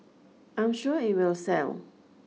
I'm sure it will sell